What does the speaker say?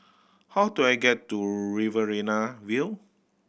how do I get to Riverina View